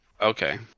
Okay